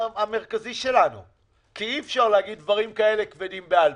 יש פה דיון שלם על אמירה שמישהו אמר.